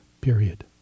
period